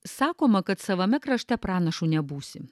sakoma kad savame krašte pranašu nebūsi